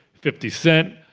fifty cent,